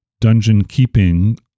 dungeon-keeping